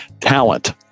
talent